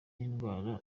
n’indwara